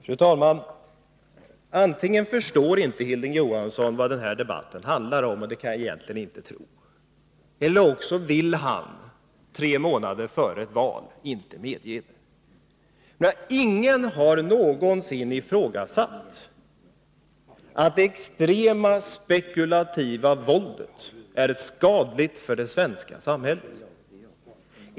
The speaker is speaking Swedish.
Fru talman! Antingen förstår inte Hilding Johansson vad den här debatten handlar om, och det kan jag egentligen inte tro, eller också vägrar han tre månader före ett val att medge hur det faktiskt förhåller sig. Ingen har någonsin ifrågasatt att det extrema spekulativa våldet är skadligt för det svenska samhället.